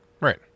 Right